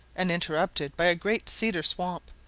and interrupted by a great cedar swamp,